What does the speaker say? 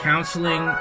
Counseling